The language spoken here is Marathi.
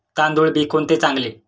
तांदूळ बी कोणते चांगले?